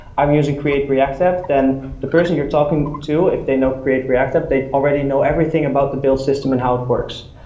i'm using create-react-app, then the person you're talking to if they know create-react-app, they already know everything about the build system and how it works.